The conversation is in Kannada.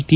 ಟಿ